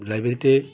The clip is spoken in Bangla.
লাইব্রেরিতে